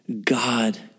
God